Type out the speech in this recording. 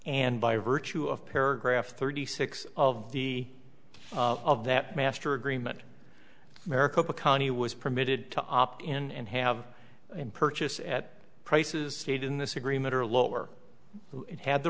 and by virtue of paragraph thirty six of the of that master agreement maricopa county was permitted to opt in and have an purchase at prices stayed in this agreement or lower it had the